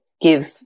give